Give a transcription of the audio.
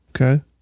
Okay